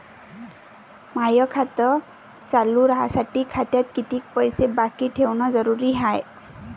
माय खातं चालू राहासाठी खात्यात कितीक पैसे बाकी ठेवणं जरुरीच हाय?